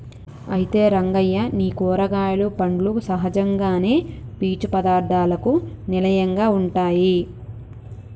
అయితే రంగయ్య నీ కూరగాయలు పండ్లు సహజంగానే పీచు పదార్థాలకు నిలయంగా ఉంటాయి